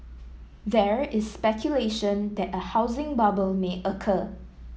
there is speculation that a housing bubble may occur